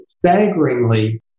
staggeringly